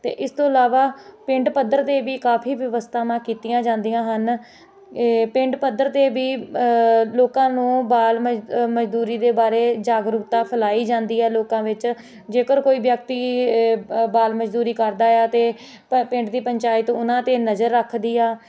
ਅਤੇ ਇਸ ਤੋਂ ਇਲਾਵਾ ਪਿੰਡ ਪੱਧਰ 'ਤੇ ਵੀ ਕਾਫੀ ਵਿਵਸਥਾਵਾਂ ਕੀਤੀਆਂ ਜਾਂਦੀਆਂ ਹਨ ਇਹ ਪਿੰਡ ਪੱਧਰ 'ਤੇ ਵੀ ਲੋਕਾਂ ਨੂੰ ਬਾਲ ਮ ਮਜ਼ਦੂਰੀ ਦੇ ਬਾਰੇ ਜਾਗਰੂਕਤਾ ਫੈਲਾਈ ਜਾਂਦੀ ਹੈ ਲੋਕਾਂ ਵਿੱਚ ਜੇਕਰ ਕੋਈ ਵਿਅਕਤੀ ਏ ਬ ਬਾਲ ਮਜ਼ਦੂਰੀ ਕਰਦਾ ਹੈ ਅਤੇ ਪਿੰਡ ਦੀ ਪੰਚਾਇਤ ਉਹਨਾਂ 'ਤੇ ਨਜ਼ਰ ਰੱਖਦੀ ਆ